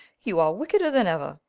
you are wickeder than ever.